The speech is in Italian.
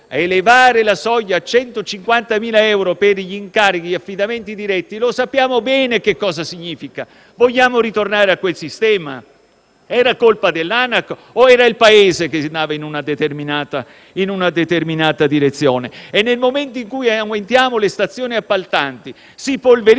Elevare la soglia a 150.000 per gli affidamenti diretti sappiamo bene cosa significa. Vogliamo tornare a quel sistema? Era colpa dell'ANAC o era il Paese che andava in una determinata direzione? E nel momento in cui aumentiamo le stazioni appaltanti, si polverizzano